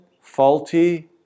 faulty